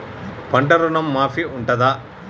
పంట ఋణం మాఫీ ఉంటదా?